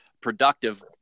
productive